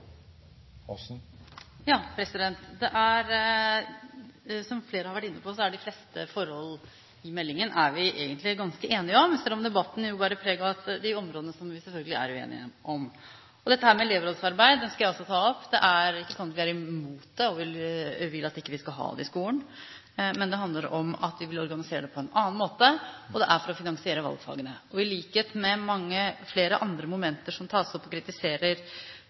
de fleste forhold i meldingen, selv om debatten selvfølgelig bærer preg av de områdene som vi er uenige om. Når det gjelder elevrådsarbeid – det skal jeg også ta opp – er det ikke sånn at vi er imot det og vil at vi ikke skal ha det i skolen, men det handler om at vi vil organisere det på en annen måte, og det er for å finansiere valgfagene. I likhet med for mange flere andre momenter som man tar opp og kritiserer